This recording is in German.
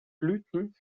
blüten